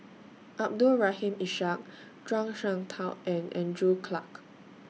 Abdul Rahim Ishak Zhuang Shengtao and Andrew Clarke